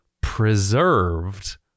preserved